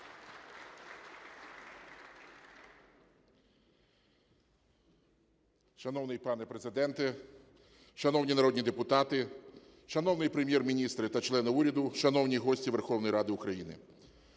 Шановний пане Президенте, шановні народні депутати, шановний Прем'єр-міністр та члени уряду, шановні гості Верховної Ради України!